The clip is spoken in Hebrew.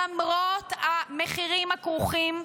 למרות המחירים הכרוכים,